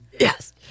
Yes